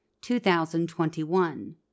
2021